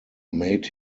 made